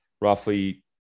roughly